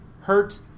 Hurt